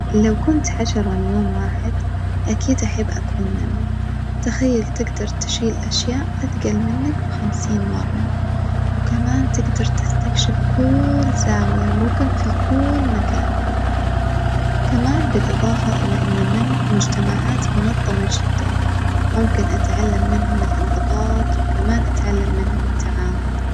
لو كنت حشرة ليوم واحد أكيد أحب أكون نملة تخيل تجدر تشيل أشياء أثجل منك بخمسين مرة، وكمان تجدر تستكشف كلل زاوية وركن في كلل مكان، كمان بالإظافة إلى إن النمل مجتمعات منظمة جدًا ممكن أتعلم منهم الإنظباط وكمان أتعلم منهم التعاون.